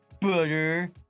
butter